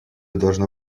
должно